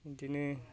बिदिनो